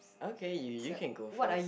okay you you can go first